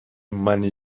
many